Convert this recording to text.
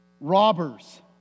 robbers